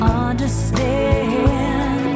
understand